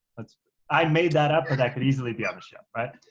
i made that up but that could easily be on the show, right?